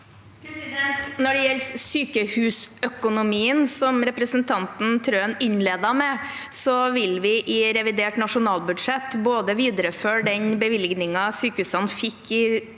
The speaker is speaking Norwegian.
Når det gjelder sykehusøkonomien, som representanten Trøen innledet med, vil vi i revidert nasjonalbudsjett både videreføre den bevilgningen sykehusene fikk i